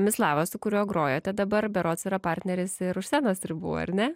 mislavas su kuriuo grojate dabar berods yra partneris ir už scenos ribų ar ne